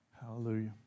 Hallelujah